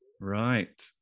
Right